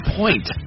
point